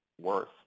worth